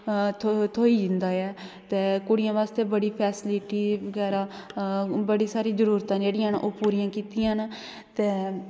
थ्होई जंदा ऐ ते कुडिया बास्तै बड़ी फेसलिटी बगैरा बड़ी सारी जरुरतां जेहड़ी ना ओह् पूरियां कीतियां न ते